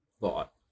thought